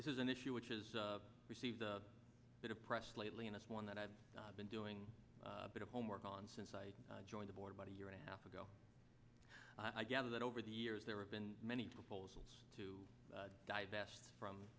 this is an issue which is received a bit of press lately and it's one that i've been doing a bit of homework on since i joined the board about a year and a half ago i gather that over the years there have been many proposals to divest